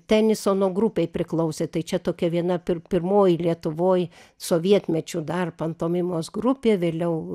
tenisono grupei priklausė tai čia tokia viena pir pirmoji lietuvoj sovietmečiu dar pantomimos grupė vėliau